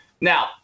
Now